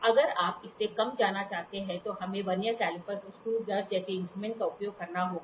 अगर आप इससे कम जाना चाहते हैं तो हमें वर्नियर कैलिपर और स्क्रू गेज जैसे इंस्ट्रूमेंटों का उपयोग करना होगा